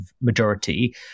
majority